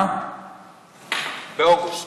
באוגוסט.